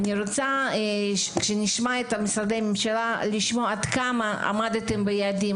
אני רוצה לשמוע עד כמה משרדי הממשלה עמדו ביעדים,